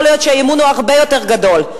יכול להיות שהאמון הוא הרבה יותר גדול.